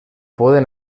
poden